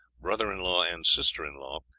brother-in-law, and sister-in-law,